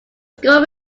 score